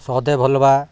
ସହଦେବା ହଲବା